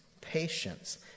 patience